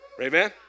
Amen